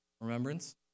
Remembrance